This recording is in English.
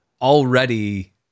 already